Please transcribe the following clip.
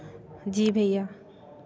जी भैया